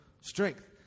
strength